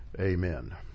Amen